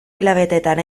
hilabeteetan